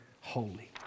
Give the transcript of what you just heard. holy